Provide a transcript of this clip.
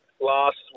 last